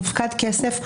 הופקד כסף,